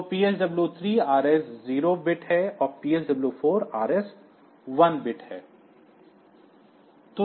तो PSW 3 RS0 bit है और PSW 4 RS1 बिट है